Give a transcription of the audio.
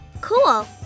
Cool